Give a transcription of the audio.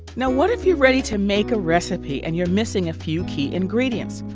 now, what if you're ready to make a recipe and you're missing a few key ingredients?